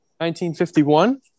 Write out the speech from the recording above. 1951